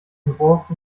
involved